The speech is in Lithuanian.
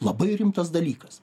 labai rimtas dalykas